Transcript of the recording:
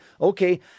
okay